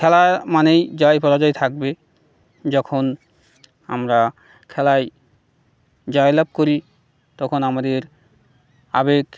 খেলা মানেই জয় পরাজয় থাকবে যখন আমরা খেলায় জয় লাভ করি তখন আমাদের আবেগ